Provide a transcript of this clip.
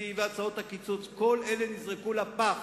התקציב והצעות הקיצוץ, כל אלה נזרקו לפח,